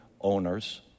owners